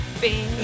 Bing